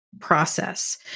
process